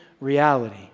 reality